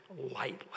lightly